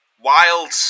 wild